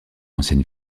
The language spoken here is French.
ancienne